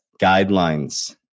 guidelines